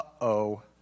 Uh-oh